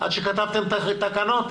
עד שכתבתם את התקנות?